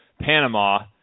Panama